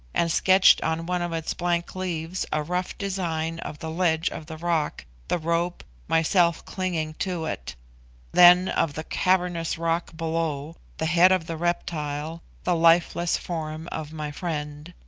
and sketched on one of its blank leaves a rough design of the ledge of the rock, the rope, myself clinging to it then of the cavernous rock below, the head of the reptile, the lifeless form of my friend.